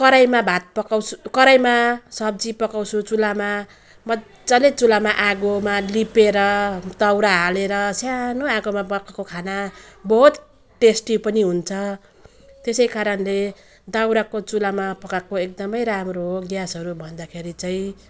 कराहीमा भात पकाउँछु कराहीमा सब्जी पकाउँछु चुलामा मजाले चुलामा आगोमा लिपेर दाउरा हालेर सानो आगोमा पकाएको खाना बहुत टेस्टी पनि हुन्छ त्यसै कारणले दाउराको चुलामा पकाएको एकदम राम्रो हो ग्यासहरू भन्दाखेरि चाहिँ